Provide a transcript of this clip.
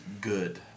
good